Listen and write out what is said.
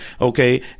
okay